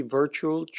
virtual